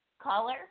Caller